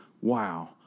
wow